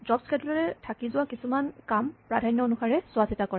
job ক্সেডোলাৰে থাকি যোৱা কিছুমান কাম প্ৰাধান্য অনুসাৰে চোৱা চিতা কৰে